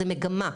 זה מגמה,